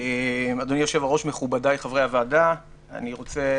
אדוני היושב-ראש, מכובדיי חברי הוועדה, אני רוצה